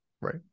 right